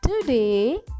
today